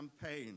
campaign